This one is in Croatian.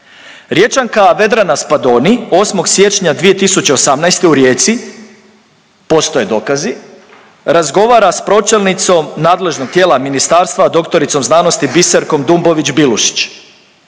Riječanka Vedrana Spadoni 8. siječnja 2018. u Rijeci, postoje dokazi, razgovara s pročelnicom nadležnog tijela ministarstva dr.sc. Biserkom Dumbović Bilušić.